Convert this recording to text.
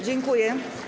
Dziękuję.